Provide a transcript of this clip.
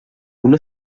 una